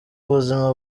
ubuzima